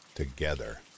together